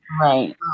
Right